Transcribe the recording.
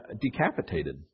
decapitated